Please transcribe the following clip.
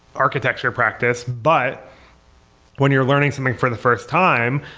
architecture practice but when you're learning something for the first time,